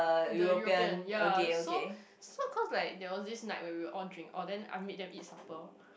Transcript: the European ya so so cause like there was this night when we will all drink oh then I meet them eat supper